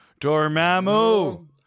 Dormammu